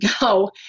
go